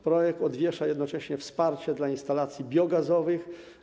Projekt odwiesza jednocześnie wsparcie dla instalacji biogazowych.